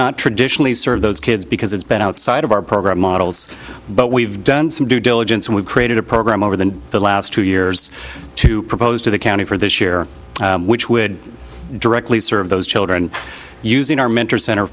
not traditionally serve those kids because it's been outside of our program models but we've done some due diligence and we've created a program over the last two years to propose to the county for this year which would directly serve those children you using our mentor center